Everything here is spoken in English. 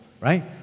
right